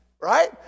Right